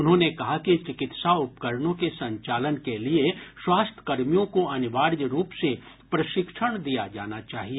उन्होंने कहा कि चिकित्सा उपकरणों के संचालन के लिए स्वास्थ्य कर्मियों को अनिवार्य रूप से प्रशिक्षण दिया जाना चाहिए